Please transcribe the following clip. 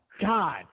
God